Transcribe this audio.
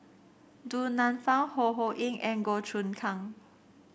Du Nanfa Ho Ho Ying and Goh Choon Kang